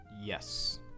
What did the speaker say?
Yes